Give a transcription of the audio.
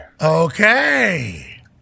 Okay